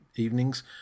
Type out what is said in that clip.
Evenings